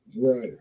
Right